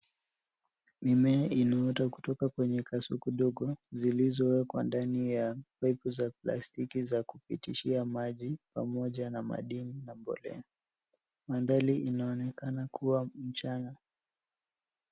Mimea imeota kutoka kwenye kasuku ndogo zilizowekwa ndani ya paipu za plastiki za kupitishia maji, pamoja na madini na mbolea. Mandhari inaonekana kuwa mchana